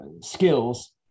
skills